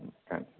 ம் தேங்க்ஸ்